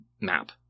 map